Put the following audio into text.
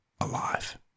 alive